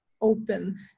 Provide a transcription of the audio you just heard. open